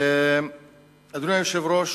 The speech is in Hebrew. אדוני היושב-ראש,